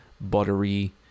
buttery